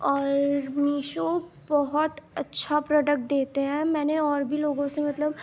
اور میشو بہت اچھا پروڈکٹ دیتے ہیں میں نے اور بھی لوگوں سے مطلب